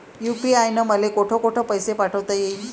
UPI न मले कोठ कोठ पैसे पाठवता येईन?